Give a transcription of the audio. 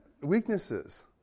weaknesses